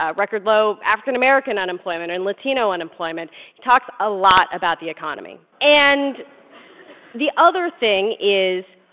ah record-low african-american unemployment and latino unemployment. he talks a lot about the economy. and the other thing is,